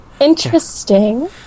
Interesting